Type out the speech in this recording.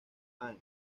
time